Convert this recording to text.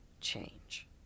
change